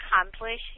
accomplish